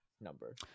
number